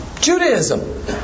Judaism